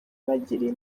bagiriye